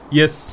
yes